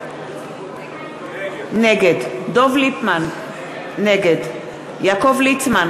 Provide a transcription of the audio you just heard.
נגד דב ליפמן, נגד יעקב ליצמן,